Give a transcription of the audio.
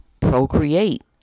procreate